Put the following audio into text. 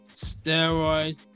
steroid